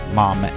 mom